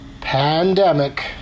pandemic